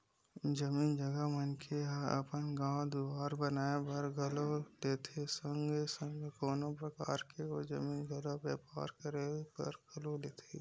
जमीन जघा मनखे ह अपन घर दुवार बनाए बर घलो लेथे संगे संग कोनो परकार के ओ जमीन जघा म बेपार करे बर घलो लेथे